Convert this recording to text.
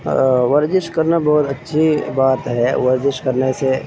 ورزش کرنا بہت اچھی بات ہے ورزش کرنے سے